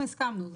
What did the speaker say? אנחנו הסכמנו,